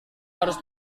harus